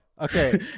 Okay